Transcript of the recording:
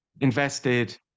Invested